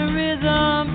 rhythm